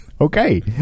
Okay